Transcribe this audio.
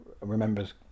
remembers